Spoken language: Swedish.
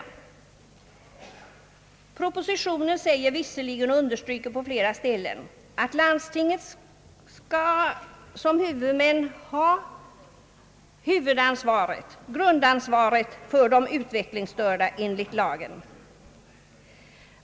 I propositionen understryks visserligen på flera ställen att landstingen som huvudmän skall ha grundansvaret för de utvecklingsstörda enligt lagen.